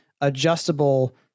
adjustable